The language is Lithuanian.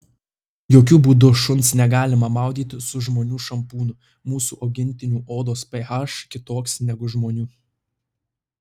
jokiu būdu šuns negalima maudyti su žmonių šampūnu mūsų augintinių odos ph kitoks negu žmonių